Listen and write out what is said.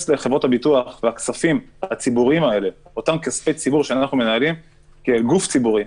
לחברות הביטוח ולכספים הציבוריים האלה כגוף ציבורי.